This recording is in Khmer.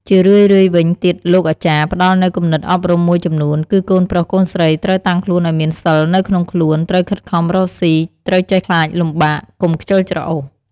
ជារឿយៗវិញទៀតលោកអាចារ្យផ្តល់នូវគំនិតអប់រំមួយចំនួន គឺកូនប្រុសកូនស្រីត្រូវតាំងខ្លួនឱ្យមានសីលនៅក្នុងខ្លួន ត្រូវខិតខំរកស៊ី ត្រូវចេះខ្លាចលំបាក កុំខ្ជិលច្រអូស។